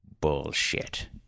Bullshit